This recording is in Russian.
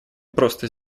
просто